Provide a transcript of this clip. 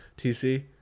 TC